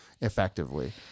effectively